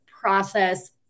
process